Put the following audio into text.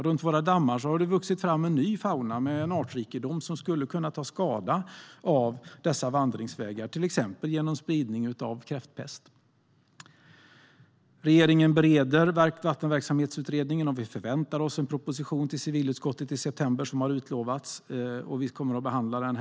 Runt våra dammar har det vuxit fram en ny fauna med en artrikedom som skulle kunna ta skada av dessa vandringsvägar genom spridning av till exempel kräftpest. Regeringen bereder vattenverksamhetsutredningen. Vi i civilutskottet förväntar oss en proposition i september som utlovat, och vi kommer då att behandla den.